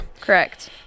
Correct